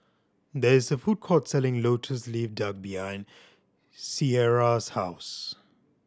there is a food court selling Lotus Leaf Duck behind Ciarra's house